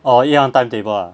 orh 一样 timetable ah